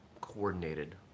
coordinated